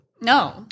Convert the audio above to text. No